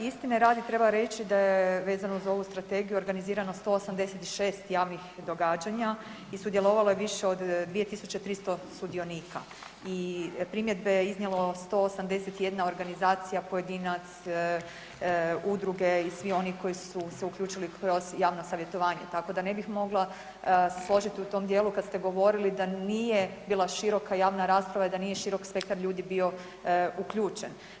Istine radi treba reći da je vezano uz ovu strategiju organizirano 186 javnih događanja i sudjelovalo je više od 2300 sudionika i primjedbe je iznijelo 181 organizacija, pojedinac, udruge i svi oni koji su se uključili kroz javno savjetovanje tako da ne bih mogla se složiti u tom dijelu da nije bila široka javna rasprava i da nije širok spektar ljudi bio uključen.